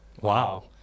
Wow